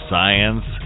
Science